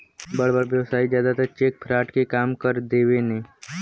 बड़ बड़ व्यवसायी जादातर चेक फ्रॉड के काम कर देवेने